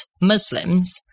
Muslims